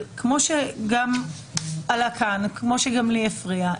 כמו שעלה כאן וגם לי הפריע,